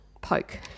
poke